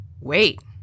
Wait